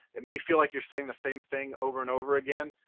it may feel like you're saying the same thing over and over again,